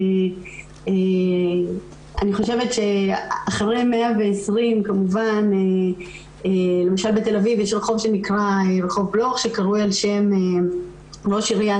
אני חושבת שאחרי 120 למשל בתל אביב יש רחוב בלוך שקרוי על שם ראש עיריית